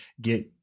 get